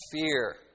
fear